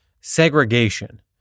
segregation